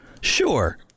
Sure